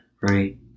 right